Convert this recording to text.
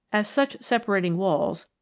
as such separating walls,